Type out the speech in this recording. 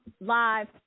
live